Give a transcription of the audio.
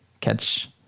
catch